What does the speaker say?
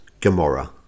Gamora